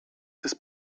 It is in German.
des